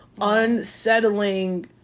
unsettling